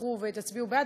תתמכו ותצביעו בעד,